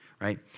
right